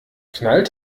knallt